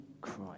Christ